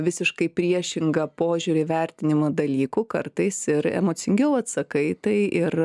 visiškai priešingą požiūrį vertinimą dalykų kartais ir emocingiau atsakai į tai ir